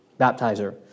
baptizer